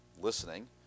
listening